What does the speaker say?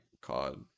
cod